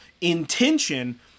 intention